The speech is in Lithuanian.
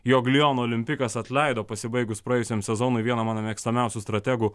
jog liono olimpikas atleido pasibaigus praėjusiam sezonui vieno mano mėgstamiausių strategų